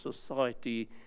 society